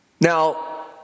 Now